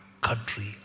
country